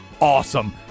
Awesome